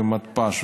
ומתפ"ש,